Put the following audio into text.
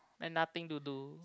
then nothing to do